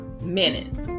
minutes